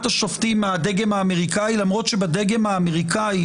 השופטים מהדגם האמריקאי למרות שבדגם האמריקאי,